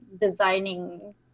designing